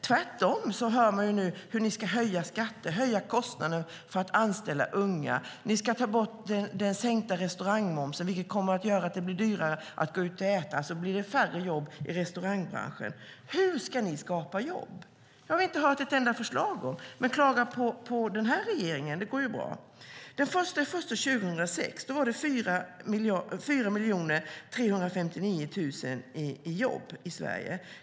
Tvärtom hör vi nu hur ni ska höja skatter och kostnaden för att anställa unga. Ni ska ta bort den sänkta restaurangmomsen, vilket kommer att göra det dyrare att gå ut och äta - med färre jobb i restaurangbranschen. Hur ska ni skapa jobb? Vi har inte hört ett enda förslag. Men det går bra att klaga på den här regeringen. Den 1 januari 2006 var 4 359 000 i jobb i Sverige.